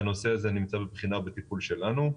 הנושא הזה נמצא בבחינה ובטיפול שלנו,